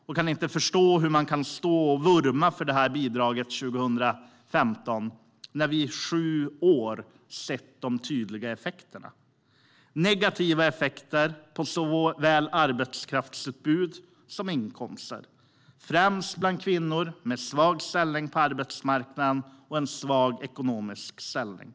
Jag kan inte förstå hur man 2015 kan vurma för det här bidraget när vi i sju år har sett de tydliga negativa effekterna för såväl arbetskraftsutbud som inkomster, främst bland kvinnor med svag ställning på arbetsmarknaden och en svag ekonomisk ställning.